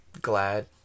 glad